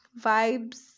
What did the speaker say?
vibes